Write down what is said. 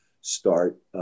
start